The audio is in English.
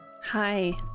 Hi